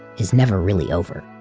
is never really over.